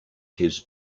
his